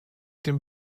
dem